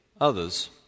others